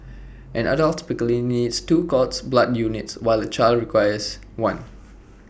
an adult typically needs two cord blood units while A child requires one